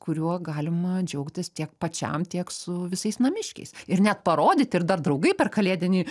kuriuo galima džiaugtis tiek pačiam tiek su visais namiškiais ir net parodyti ir dar draugai per kalėdinį